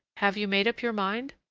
have you made up your mind?